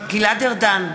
גלעד ארדן,